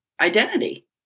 identity